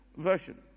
Version